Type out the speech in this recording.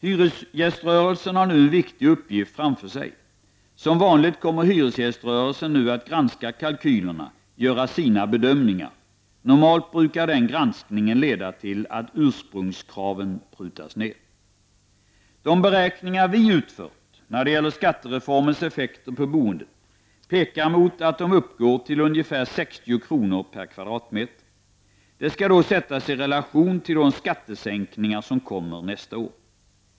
Hyresgäströrelsen har nu en viktig uppgift framför sig. Som vanligt kommer hyresgäströrelsen nu att granska kalkylerna och göra sina bedömningar. Normalt brukar den granskningen leda till att ursprungskraven prutas ned. De beräkningar vi utfört när det gäller skattereformens effekter på boendet pekar mot att de uppgår till ungefär 60 kr. per m2. Det skall då sättas i relation till de skattesänkningar som kommer nästa år.